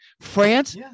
France